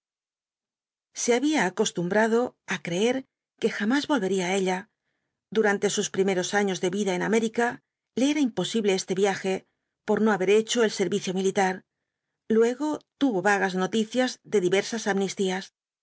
se había acostumbrado á creer que jamás volvería á ella durante sus primeros años de vida en américa le era imposible este viaje por no haber hecho el servicio militar luego tuvo vagas noticias de diversas amnistías